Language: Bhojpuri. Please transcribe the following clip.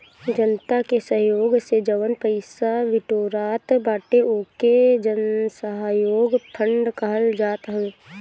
जनता के सहयोग से जवन पईसा बिटोरात बाटे ओके जनसहयोग फंड कहल जात हवे